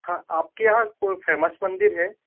हाँ आपके यहाँ कोई फेमस मंदिर है